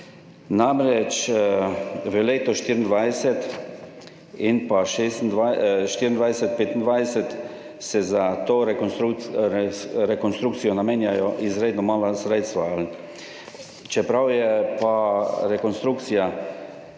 namreč v letu 2024 in 2025 se za to rekonstrukcijo namenja izredno malo sredstev, čeprav je pa za rekonstrukcijo